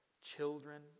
children